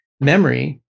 memory